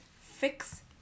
fix